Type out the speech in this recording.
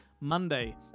MONDAY